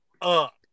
up